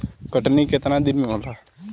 कटनी केतना दिन में होला?